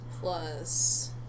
plus